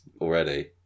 already